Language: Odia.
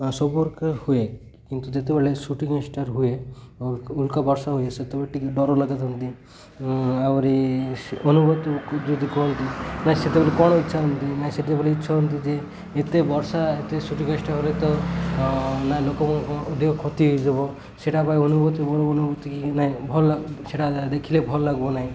ସବୁ ହୁଏ କିନ୍ତୁ ଯେତେବେଳେ ସୁୁଟିଂ ଷ୍ଟାର ହୁଏ ଉଲ୍କା ବର୍ଷା ହୁଏ ସେତେବେଳେ ଟିକେ ଡର ଲାଗି ଦିଅନ୍ତି ଆହୁରି ଅନୁଭୂତି ଯଦି କୁହନ୍ତି ନାଇଁ ସେତେବେଳେ କ'ଣ ଇଚ୍ଛା ନାଇ ସେତେବେଳେ ଇଚ୍ଛା ଯେ ଏତେ ବର୍ଷା ଏତେ ସୁୁଟିଂ ଷ୍ଟାର ହଲେ ତ ନା ଲୋକ ଅଧିକ କ୍ଷତି ହେଇଯିବ ସେଇଟା ବା ଅନୁଭୂତି ବଡ଼ ଅନୁଭୂତି ନାଇଁ ଭଲ ସେଇଟା ଦେଖିଲେ ଭଲ ଲାଗିବ ନାଇଁ